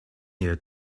here